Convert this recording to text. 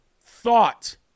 thought